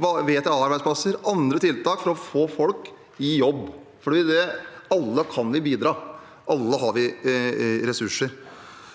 VTA-arbeidsplasser og andre tiltak for å få folk i jobb, for vi kan alle bidra, alle har ressurser.